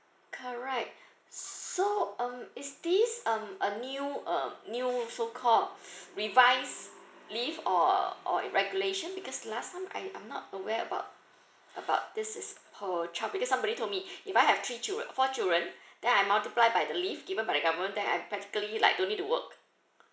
correct so um is this um a new um new so called revise leave or or regulation because last time I I'm not aware about about this is per child because somebody told me if I have three children four children then I multiply by the leave given by the government then I practically like no need to work